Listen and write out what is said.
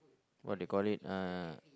what do you call it uh